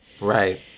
Right